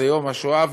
זה יום השואה.